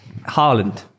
Haaland